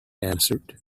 answered